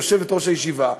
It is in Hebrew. יושבת-ראש הישיבה,